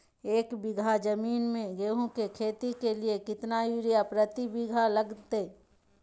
एक बिघा जमीन में गेहूं के खेती के लिए कितना यूरिया प्रति बीघा लगतय?